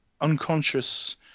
unconscious